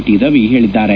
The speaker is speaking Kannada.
ಟಿ ರವಿ ಹೇಳಿದ್ದಾರೆ